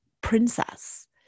princess